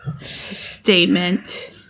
statement